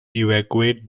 evacuate